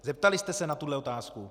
Zeptali jste se na tuhle otázku?